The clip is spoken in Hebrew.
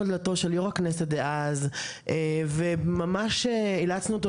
על דלתו של יושב ראש הכנסת דאז וממש אילצנו אותו